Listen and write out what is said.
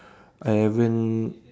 I haven't